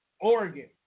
Oregon